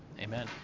amen